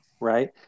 right